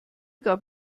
gab